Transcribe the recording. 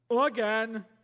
Again